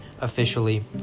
officially